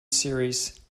series